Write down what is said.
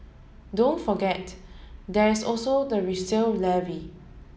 don't forget there is also the resale levy